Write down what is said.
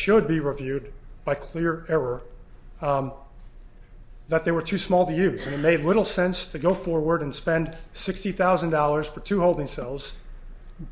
should be reviewed by clear error that they were too small to use and made little sense to go forward and spend sixty thousand dollars for two holding cells